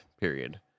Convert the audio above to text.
period